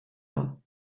nhw